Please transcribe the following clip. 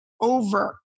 over